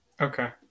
Okay